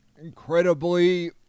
Incredibly